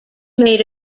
made